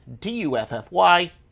D-U-F-F-Y